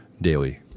daily